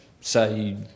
say